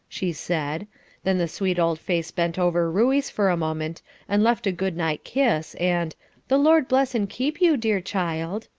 she said then the sweet old face bent over ruey's for a moment and left a goodnight kiss, and the lord bless and keep you, dear child.